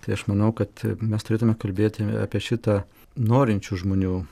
tai aš manau kad mes turėtumėme kalbėti apie šitą norinčių žmonių